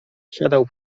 siadał